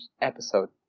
episode